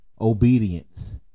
obedience